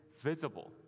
visible